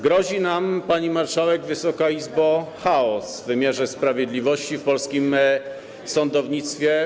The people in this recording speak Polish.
Grozi nam, pani marszałek, Wysoka Izbo, chaos w wymiarze sprawiedliwości, w polskim sądownictwie.